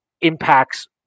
impacts